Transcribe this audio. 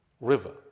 river